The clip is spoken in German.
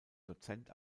dozent